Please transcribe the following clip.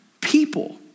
people